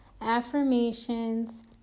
Affirmations